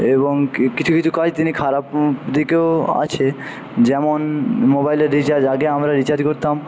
এবং কিছু কিছু কাজ তিনি খারাপ দিকেও আছে যেমন মোবাইলে রিচার্জ আগে আমরা রিচার্জ করতাম